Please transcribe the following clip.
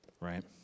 right